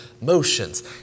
motions